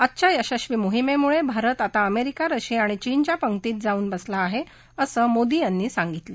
आजच्या यशस्वी मोहिमेमुळं भारत आता अमेरिका रशिया आणि चीनच्या पंक्तीत जाऊन बसला आहे असं मोदी यांनी सांगितलं